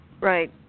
right